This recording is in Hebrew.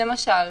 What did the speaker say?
למשל.